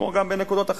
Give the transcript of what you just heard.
כמו גם בנקודות אחרות.